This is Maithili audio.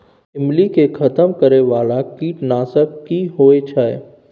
ईमली के खतम करैय बाला कीट नासक की होय छै?